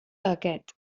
aquest